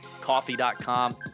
coffee.com